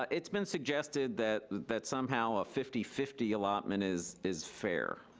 ah it's been suggested that that somehow a fifty fifty allotment is is fair.